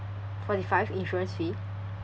forty five insurance fee